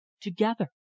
together